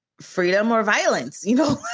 freedom or violence. you know,